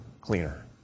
cleaner